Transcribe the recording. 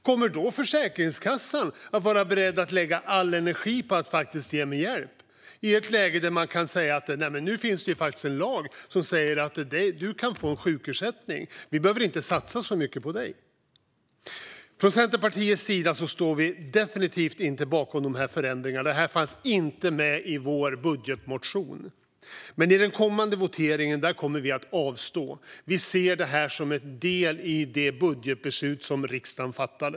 Kommer Försäkringskassan att vara beredd att lägga all energi på att ge mig hjälp i ett läge där man kan säga att det faktiskt finns en lag som säger att jag kan få sjukersättning och att man inte behöver satsa så mycket på mig? Från Centerpartiets sida står vi definitivt inte bakom de här förändringarna. Det här fanns inte med i vår budgetmotion. Men i den kommande voteringen kommer vi att avstå. Vi ser detta som en del i det budgetbeslut som riksdagen fattade.